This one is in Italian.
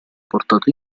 portato